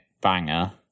banger